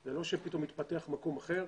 זה לא שפתאום מתפתח מקום אחר.